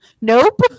Nope